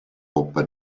coppa